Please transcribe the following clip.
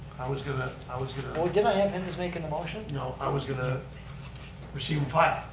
i was going to, i was going to. oh didn't i have him as making the motion? no i was going to receive and file.